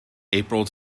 april